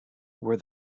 where